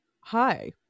Hi